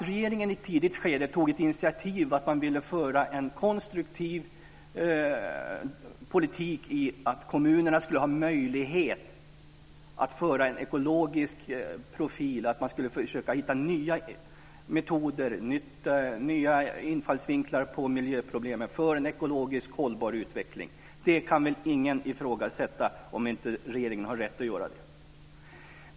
Regeringen tog i ett tidigt skede initiativ till en konstruktiv politik där kommunerna skulle ges möjlighet att hålla en ekologisk profil, att försöka hitta nya metoder och infallsvinklar på miljöproblemen för en ekologisk hållbar utveckling. Ingen kan väl ifrågasätta regeringens rätt att göra detta.